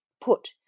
put